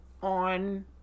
on